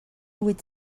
huit